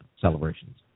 celebrations